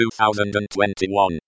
2021